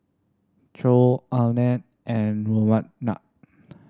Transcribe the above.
Choor Anand and Ramanand